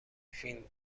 فین